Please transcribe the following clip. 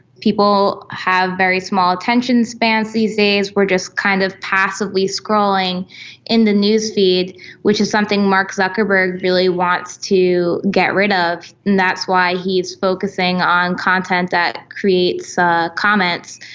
people have very small attention spans these days, we are just kind of passively scrolling in the newsfeed which is something mark zuckerberg really wants to get rid of, and that's why he is focusing on content to that creates ah comments.